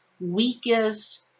weakest